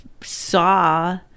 saw